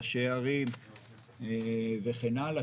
ראשי ערים וכן הלאה,